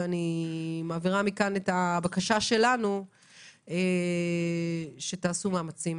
ואני מעבירה מכאן את הבקשה שלנו שתעשו מאמצים